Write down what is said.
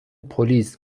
پلیس